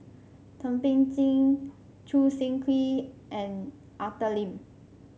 Thum Ping Tjin Choo Seng Quee and Arthur Lim